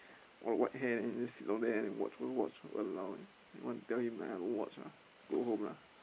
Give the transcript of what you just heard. got white hair then just sit down there and then watch want watch !walao! eh like want tell him don't wacth ah go home lah